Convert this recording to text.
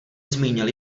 zmínil